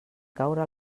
caure